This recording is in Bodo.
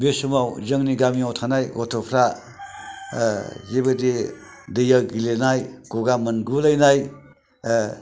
बे समाव जोंनि गामियाव थानाय गथ'फ्रा जिबायदि दैआव गेलेनाय गगा मोनगुलायनाय